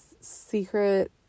secret